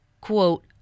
Quote